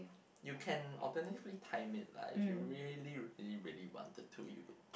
you can alternatively time it lah if you really really really wanted to you could